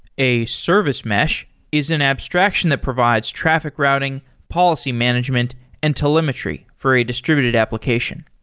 a service mesh is an abstraction that provides traffic routing, policy management and telemetry for a distributed application.